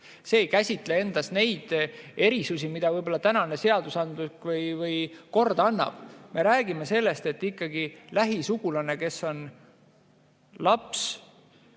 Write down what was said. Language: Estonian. See ei käsitle neid erisusi, mida tänane seadusandlus või kord annab. Me räägime sellest, et ikkagi lähisugulane, kes on laps,